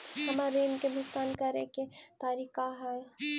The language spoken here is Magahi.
हमर ऋण के भुगतान करे के तारीख का हई?